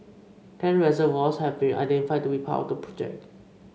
ten reservoirs have been identified to be part of the project